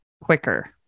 quicker